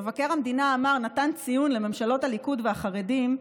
מבקר המדינה נתן ציון לממשלות הליכוד והחרדים: